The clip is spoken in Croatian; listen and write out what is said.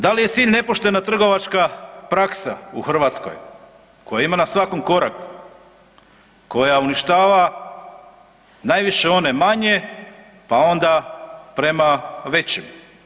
Da li je cilj nepoštena trgovačka praksa u Hrvatskoj koje ima na svakom koraku koja uništava najviše one manje pa onda prema većim.